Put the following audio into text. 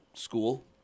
School